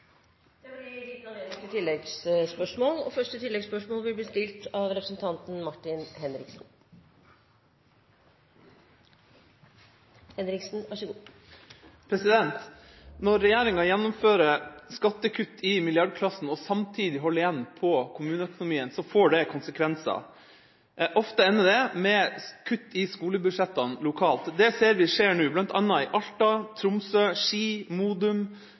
Martin Henriksen. Når regjeringa gjennomfører skattekutt i milliardklassen og samtidig holder igjen på kommuneøkonomien, får det konsekvenser. Ofte ender det med kutt i skolebudsjettene lokalt. Det ser vi skjer nå, bl.a. i Alta, Tromsø, Ski, Modum,